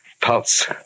Pulse